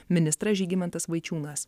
ministras žygimantas vaičiūnas